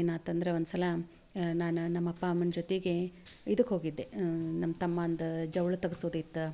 ಏನಾತು ಅಂದ್ರೆ ಒಂದು ಸಲ ನಾನು ನಮ್ಮ ಅಪ್ಪ ಅಮ್ಮನ ಜೊತೆಗೆ ಇದಕ್ಕೆ ಹೋಗಿದ್ದೆ ನಮ್ಮ ತಮ್ಮಂದು ಜೌಳ ತಗ್ಸೋದು ಇತ್ತು